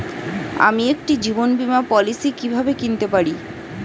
আমি একটি জীবন বীমা পলিসি কিভাবে কিনতে পারি?